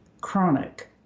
chronic